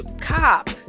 cop